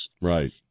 Right